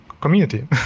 community